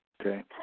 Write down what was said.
Okay